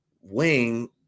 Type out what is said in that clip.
wing